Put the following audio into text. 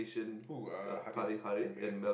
who uh Harith okay